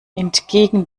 entgegen